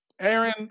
Aaron